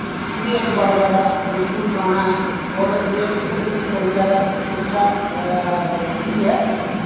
एह् बी इक बड़ा ज्यादै मश्हूर गाना ऐ और एह् एह्दे बिच बी बड़ी ज्यादै शिक्षा मिलदी ऐ